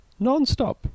nonstop